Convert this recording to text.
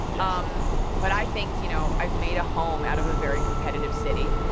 yeah um but i think, you know, i've made a home out of a very competitive city,